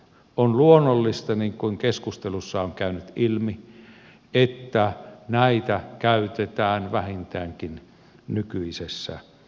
on luonnollista niin kuin keskustelussa on käynyt ilmi että näitä käytetään vähintäänkin nykyisessä laajuudessa